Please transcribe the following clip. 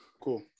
Cool